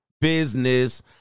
business